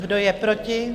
Kdo je proti?